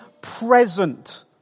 present